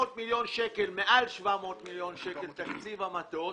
מעל 700 מיליון שקלים תקציב המטוס